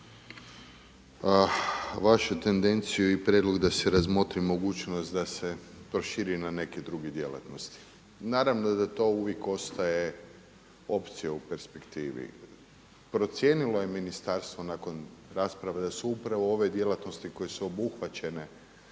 vašu tendenciju i prijedlog da se razmotri mogućnost da se proširi na neke druge djelatnosti. Naravno da to uvijek ostaje opcija u perspektivi. Procijenilo je ministarstvo nakon rasprave da su upravo ove djelatnosti koje su obuhvaćene